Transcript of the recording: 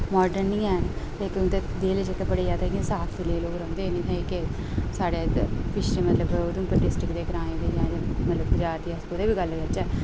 modern नेईं हैन लेकिन उं'दे दिल जेह्के बड़े जैदा इ'यां साफ सुथरे लोक रौंह्दे न इत्थै जेह्के साढ़े पिच्छें मतलब उधमपुर डिस्ट्रिक दे ग्राएं दे जां मतलब बजार दे अस कुतै दी बी गल्ल करचै